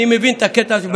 אני מבין את הקטע,